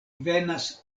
venas